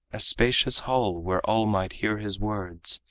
a spacious hall where all might hear his words,